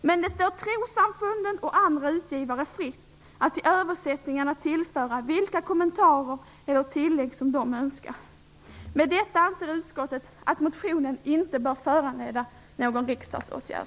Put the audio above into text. Men det står trossamfunden och andra utgivare fritt att i översättningarna tillföra vilka kommentarer eller tillägg som de önskar. Med detta anser utskottet att motionen inte bör föranleda någon riksdagsåtgärd.